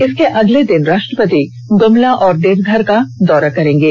इसके अगले दिन राष्ट्रपति गुमला और देवघर का दौरा करेंगे